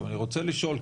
אני רוצה לשאול,